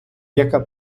яка